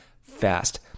fast